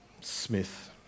Smith